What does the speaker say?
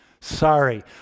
Sorry